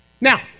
Now